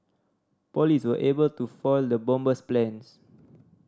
police were able to foil the bomber's plans